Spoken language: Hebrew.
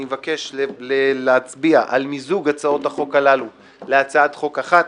אני מבקש להצביע על מיזוג הצעות החוק הללו להצעת חוק אחת.